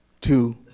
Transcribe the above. two